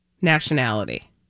nationality